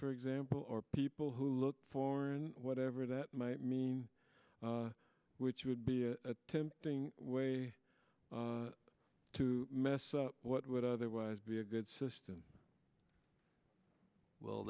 for example or people who look for in whatever that might mean which would be a tempting way to mess up what would otherwise be a good system well